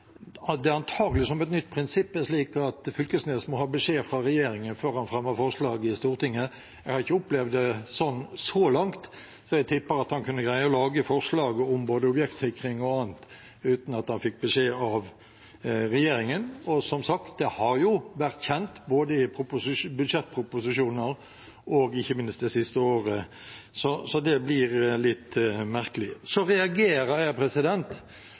det – antagelig som et nytt prinsipp – nå er slik at Knag Fylkesnes må ha beskjed fra regjeringen før han fremmer forslag i Stortinget. Jeg har ikke opplevd det sånn – så langt – så jeg tipper at han kunne greie å lage forslaget om både objektsikring og annet uten at han hadde fått beskjed av regjeringen. Og som sagt: Det har jo vært kjent både i budsjettproposisjoner og ikke minst i det siste året, så det blir litt merkelig. Så reagerer jeg